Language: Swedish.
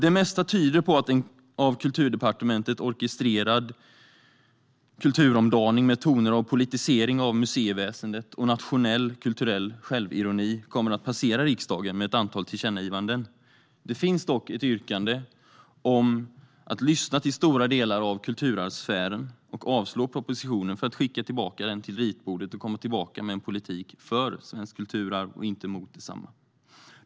Det mesta tyder på att en av Kulturdepartementet orkestrerad kulturomdaning, med toner av politisering av museiväsendet och nationell kulturell självironi, kommer att passera riksdagen med ett antal tillkännagivanden. Det finns dock ett yrkande om att lyssna till stora delar av kulturarvssfären och avslå propositionen - den ska då skickas tillbaka till ritbordet, och så får man komma tillbaka med en politik för svenskt kulturarv och inte mot detsamma.